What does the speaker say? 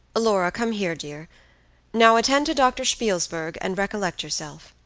laura, come here, dear now attend to doctor spielsberg, and recollect yourself.